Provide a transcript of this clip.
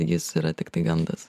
jis yra tiktai gandas